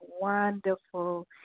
wonderful